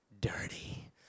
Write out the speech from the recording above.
dirty